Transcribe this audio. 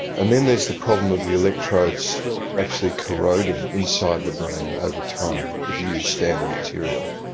and then there's the problem of the electrodes actually corroding inside the brain over time, if you use standard material,